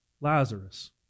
Lazarus